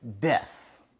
death